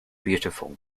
beautiful